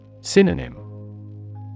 Synonym